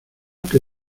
que